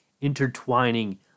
intertwining